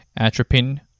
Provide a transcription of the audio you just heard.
atropine